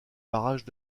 barrages